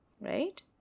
right